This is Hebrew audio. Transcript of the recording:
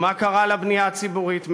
ומה קרה לבנייה הציבורית מאז?